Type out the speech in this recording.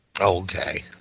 Okay